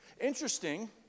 Interesting